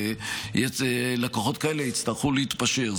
ולקוחות כאלה יצטרכו להתפשר.